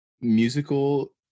musical